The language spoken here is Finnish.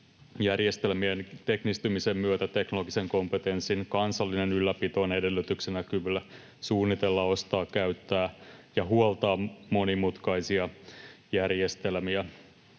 ”Järjestelmien teknistymisen myötä ja teknologisen kompetenssin kansallinen ylläpito on edellytyksenä kyvylle suunnitella, ostaa, käyttää ja huoltaa monimutkaisia järjestelmiä.”